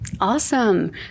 Awesome